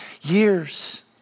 years